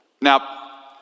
Now